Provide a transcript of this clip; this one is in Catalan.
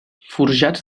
forjats